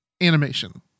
animation